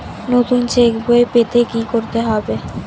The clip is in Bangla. নতুন চেক বই পেতে কী করতে হবে?